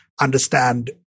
understand